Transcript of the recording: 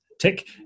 tick